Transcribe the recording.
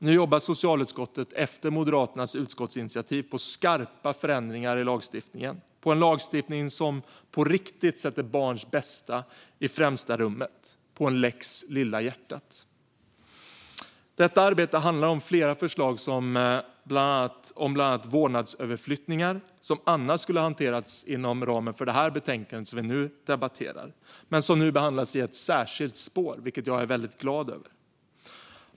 Nu jobbar socialutskottet, efter Moderaternas utskottsinitiativ, för skarpa förändringar i lagstiftningen, en lagstiftning som på riktigt sätter barns bästa i främsta rummet - en lex Lilla hjärtat. Detta arbete handlar om flera förslag om bland annat vårdnadsöverflyttningar som annars skulle ha hanterats inom ramen för det betänkande som vi nu debatterar men som nu behandlas i ett särskilt spår, vilket jag är mycket glad över.